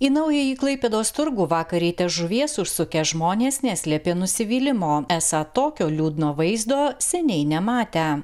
į naująjį klaipėdos turgų vakar ryte žuvies užsukę žmonės neslėpė nusivylimo esą tokio liūdno vaizdo seniai nematę